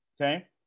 Okay